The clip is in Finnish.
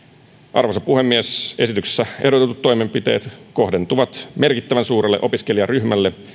arvoisa puhemies esityksessä ehdotetut toimenpiteet kohdentuvat merkittävän suurelle opiskelijaryhmälle